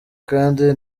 kandi